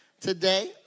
today